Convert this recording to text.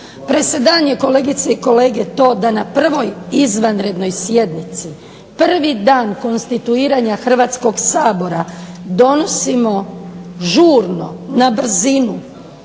Presedan je kolegice i kolege to da na prvoj izvanrednoj sjednici prvi dan konstituiranja Hrvatskog sabora donosimo žurno na brzinu